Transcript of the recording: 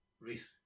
risk